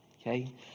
okay